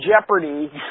jeopardy